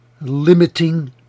limiting